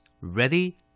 Ready